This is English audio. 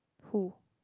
who